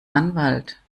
anwalt